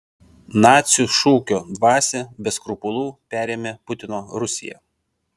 nacių šūkio dvasią be skrupulų perėmė putino rusija